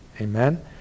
Amen